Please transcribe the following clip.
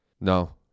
No